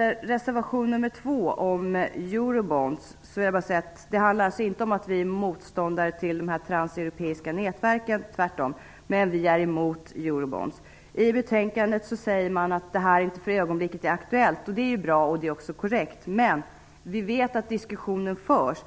Reservation nr 2 handlar om Eurobonds. Det är alltså inte så att vi är motståndare till de transeuropeiska nätverken, tvärtom. Däremot är vi emot Eurobonds. I betänkandet sägs att detta för ögonblicket inte är aktuellt. Det är bra, och det är också korrekt. Men vi vet att diskussionen förs.